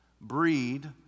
breed